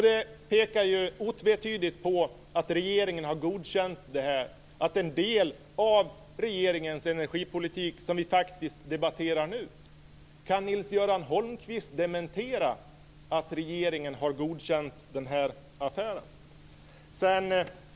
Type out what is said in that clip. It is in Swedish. Det pekar otvetydigt på att regeringen har godkänt det här, att det är en del av regeringens energipolitik som vi faktiskt debatterar nu. Kan Nils-Göran Holmqvist dementera att regeringen har godkänt den här affären?